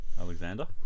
Alexander